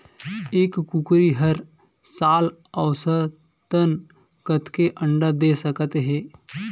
एक कुकरी हर साल औसतन कतेक अंडा दे सकत हे?